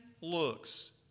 looks